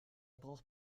braucht